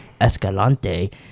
Escalante